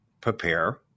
prepare